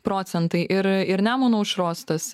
procentai ir ir nemuno aušros tas